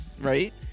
right